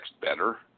better